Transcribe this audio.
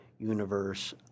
universe